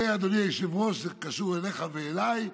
ואדוני היושב-ראש, זה קשור אליך ואליי,